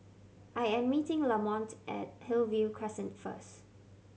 I am meeting Lamonte at Hillview Crescent first